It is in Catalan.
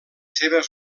seves